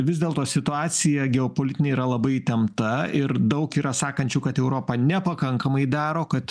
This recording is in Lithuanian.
vis dėlto situacija geopolitinė yra labai įtempta ir daug yra sakančių kad europa nepakankamai daro kad